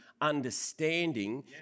understanding